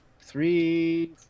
Three